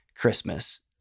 Christmas